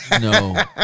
no